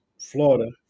Florida